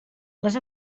les